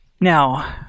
Now